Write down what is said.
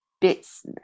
bits